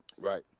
Right